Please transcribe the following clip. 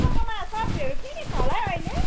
तपाईँकोमा सब्जीहरू के के छ होला है अहिले